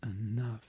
enough